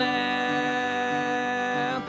now